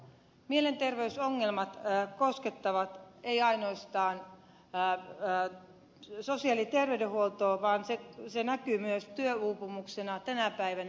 mielenterveysongelmat koskettavat ei ainoastaan sosiaali ja terveydenhuoltoa vaan ne näkyvät myös työuupumuksena tänä päivänä